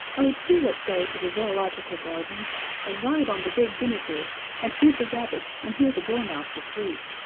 oh, do let's go to the zoological gardens and ride on the big guinea pig and feed the rabbits and hear the dormouse asleep.